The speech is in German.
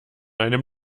einem